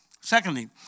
Secondly